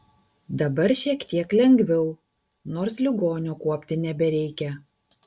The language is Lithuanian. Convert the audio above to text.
dabar šiek tiek lengviau nors ligonio kuopti nebereikia